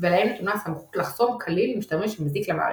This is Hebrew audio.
ולהם נתונה הסמכות לחסום כליל משתמש שמזיק למערכת.